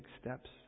steps